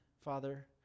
Father